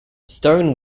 stone